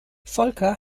volker